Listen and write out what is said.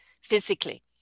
physically